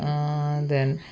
then